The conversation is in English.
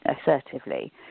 assertively